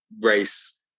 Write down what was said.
race